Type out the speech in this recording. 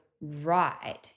right